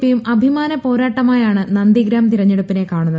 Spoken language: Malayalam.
പിയും അഭിമാന പോരാട്ടമായാണ് നന്ദിഗ്രാം തെരഞ്ഞെടുപ്പിനെ കാണുന്നത്